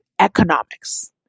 economics